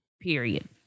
period